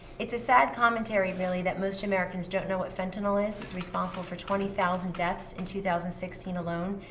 it's a sad commentary, really, that most americans don't know what fentanyl is. it's responsible for twenty thousand deaths in two thousand and sixteen alone.